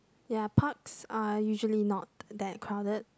ya parks are usually not that crowded